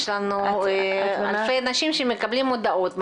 יש לנו אלפי אנשים שמקבלים הודעות מטעות.